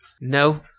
No